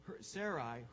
Sarai